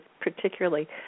particularly